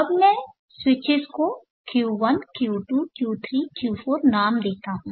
अब मैं स्विचिज को Q1 Q2 Q3 Q4 नाम देता हूं